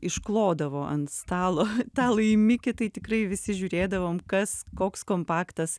išklodavo ant stalo tą laimikį tai tikrai visi žiūrėdavom kas koks kompaktas